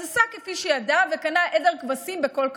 אז עשה כפי שידע וקנה עדר כבשים בכל כספו.